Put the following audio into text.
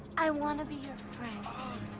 i wanna be your